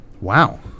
Wow